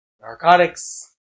Narcotics